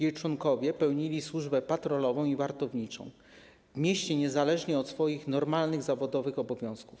Jej członkowie pełnili służbę patrolową i wartowniczą w mieście niezależnie od swoich normalnych zawodowych obowiązków.